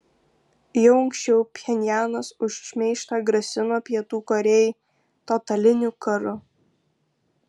jau anksčiau pchenjanas už šmeižtą grasino pietų korėjai totaliniu karu